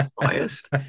biased